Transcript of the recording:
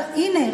אבל הינה,